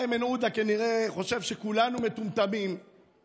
איימן עודה כנראה חושב שכולנו מטומטמים,